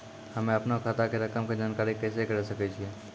हम्मे अपनो खाता के रकम के जानकारी कैसे करे सकय छियै?